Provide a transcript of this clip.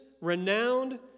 renowned